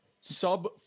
sub